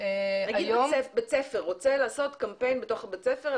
נגיד בית ספר רוצה לעשות קמפיין בתוך בית הספר,